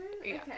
Okay